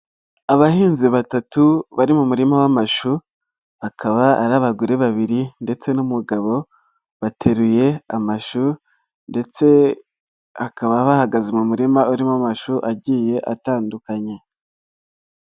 Abahinzi batatu bari mu murima w'amashu, bakaba ari abagore babiri ndetse n'umugabo, bateruye amashu ndetse bakaba bahagaze mu murima urimo amashu agiye atandukanye.